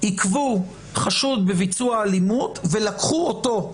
עכבו חשוד בביצוע אלימות, ולקחו אותו,